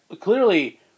clearly